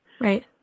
right